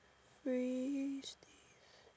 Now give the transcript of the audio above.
free